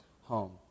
home